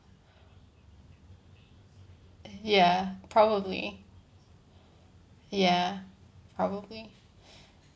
ya probably ya probably